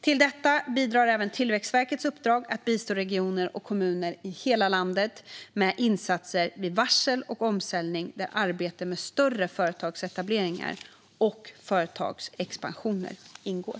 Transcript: Till detta bidrar även Tillväxtverkets uppdrag att bistå regioner och kommuner i hela landet med insatser vid varsel och omställning, där arbete med större företagsetableringar och företagsexpansioner ingår .